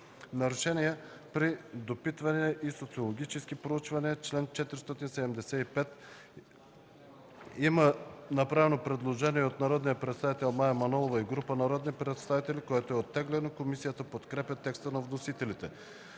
„Нарушение при допитвания и социологически проучвания” – чл. 475. Има предложение от народния представител Мая Манолова и група народни представители. Предложението е оттеглено. Комисията подкрепя текста на вносителите.